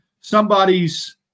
somebody's